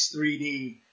3D